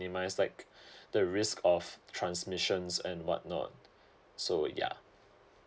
minus like the risk of transmissions and what not so yeah